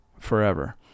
forever